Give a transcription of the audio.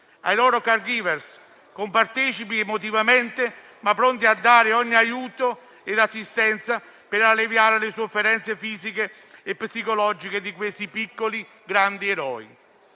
ai loro *caregiver*, compartecipi emotivamente, ma pronti a dare ogni aiuto ed assistenza per alleviare le sofferenze fisiche e psicologiche di piccoli, grandi eroi.